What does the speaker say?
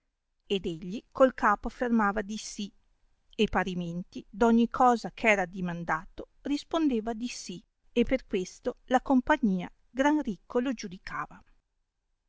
ed egli col capo affermava di si e parimenti d ogni cosa eh era addimandato rispondeva di sì e per questo la compagnia gran ricco lo giudicava